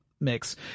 mix